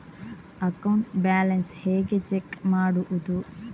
Account balance ಹೇಗೆ check ಮಾಡುವುದು?